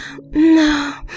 No